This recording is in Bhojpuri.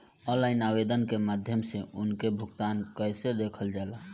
ऑनलाइन आवेदन के माध्यम से उनके भुगतान कैसे देखल जाला?